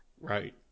Right